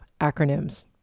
acronyms